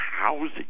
housing